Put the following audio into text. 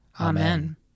Amen